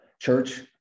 Church